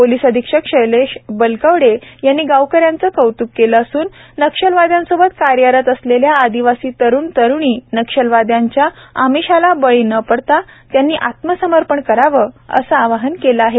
police अधीक्षक शैलेश बलकवडे यांनी गावकऱ्यांचं कौतुक केलं असुन नक्षलवादयांसोबत कार्यरत असलेल्या आदिवासी तरुण तरुणींनी नक्षलवाद्यांच्या आमिषाला बळी न पडता आत्मसमर्पण करावं असं आवाहन केलं आहे